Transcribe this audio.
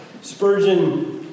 Spurgeon